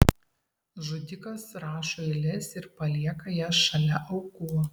žudikas rašo eiles ir palieka jas šalia aukų